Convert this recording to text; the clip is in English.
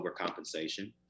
overcompensation